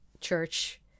church